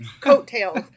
coattails